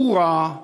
בורה,